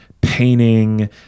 painting